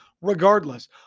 Regardless